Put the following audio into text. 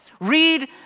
Read